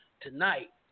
tonight